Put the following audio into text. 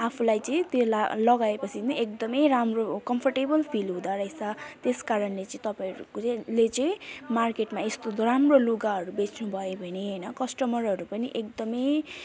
आफूलाई चाहिँ त्यो लगाएपछि नै एकदमै राम्रो कम्फोर्टेबल फिल हुँदोरहेछ त्यस कारणले चाहिँ तपाईँहरूले चाहिँ मार्केटमा यस्तो राम्रो लुगाहरू बेच्नु भयो भने हैन कस्टमरहरू पनि एकदमै